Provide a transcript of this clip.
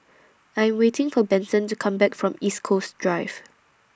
I'm waiting For Benson to Come Back from East Coast Drive